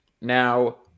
Now